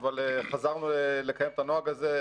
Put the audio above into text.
חזרנו לקיים את הנוהג הזה.